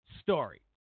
story